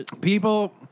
People